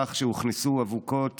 בכך שהוכנסו אבוקות